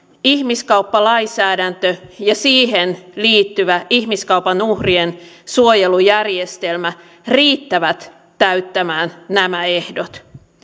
ihmiskauppalainsäädäntö ja siihen liittyvä ihmiskaupan uhrien suojelujärjestelmä riittävät täyttämään nämä ehdot